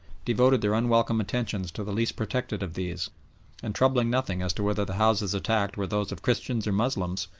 devoted their unwelcome attentions to the least protected of these and troubling nothing as to whether the houses attacked were those of christians or moslems,